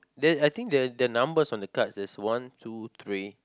the I think the the numbers on the cards there's one two three